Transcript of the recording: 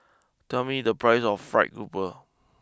tell me the price of Fried grouper